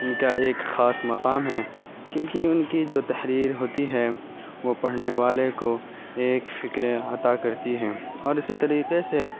ان کا ایک خاص مقام ہے کیونکہ ان کی جو تحریر ہوتی ہے وہ پڑھنے والے کو ایک فکرے عطا کرتی ہیں اور اسی طریقے سے